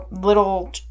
little